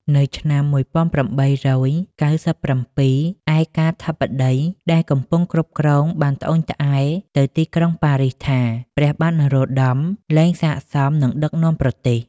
នៅឆ្នាំ ១៨៩៧ ឯកាធិបតីដែលកំពុងគ្រប់គ្រងបានត្អូញត្អែរទៅទីក្រុងប៉ារីសថា ព្រះបាទនរោត្តមលែងសាកសមនឹងដឹកនាំប្រទេស។